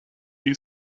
you